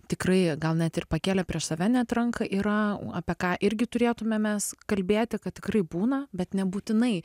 tikrai gal net ir pakėlę prieš save net ranką yra apie ką irgi turėtume mes kalbėti kad tikrai būna bet nebūtinai